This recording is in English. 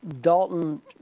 Dalton